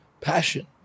passion